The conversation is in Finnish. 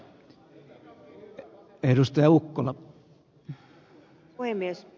arvoisa puhemies